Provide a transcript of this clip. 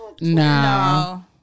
no